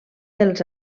dels